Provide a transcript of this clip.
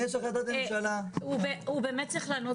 יש החלטת ממשלה --- הוא באמת צריך לענות